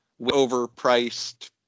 overpriced